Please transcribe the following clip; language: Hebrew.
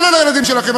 כולל הילדים שלכם.